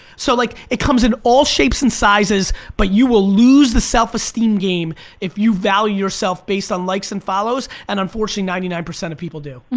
so like it comes in all shapes and sizes but you will lose the self esteem game if you value yourself based on likes and follows and unfortunately ninety nine percent of people do.